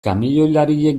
kamioilariek